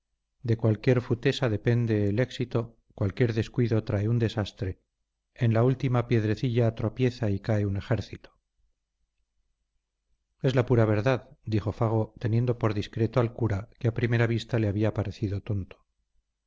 de cualquier futesa depende el éxito cualquier descuido trae un desastre en la última piedrecilla tropieza y cae un ejército es la pura verdad dijo fago teniendo por discreto al cura que a primera vista le había parecido tonto